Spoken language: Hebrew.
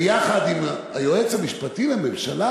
יחד עם היועץ המשפטי לממשלה,